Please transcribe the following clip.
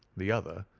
the other,